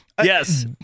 Yes